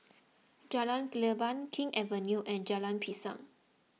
Jalan Leban King's Avenue and Jalan Pisang